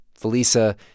Felisa